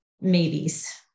maybes